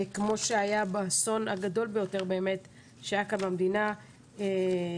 כמו שהיה באסון הגדול ביותר באמת שהיה כאן במדינה במירון.